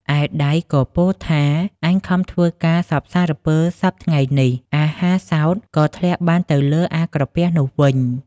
ឯដៃក៏ពោល ថា "អញខំធ្វើការសព្វសារពើសព្វថ្ងៃនេះ អាហារសោត ក៏ធ្លាក់បានទៅលើអា ក្រពះនោះវិញ។